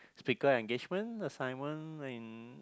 speaker engagement assignment and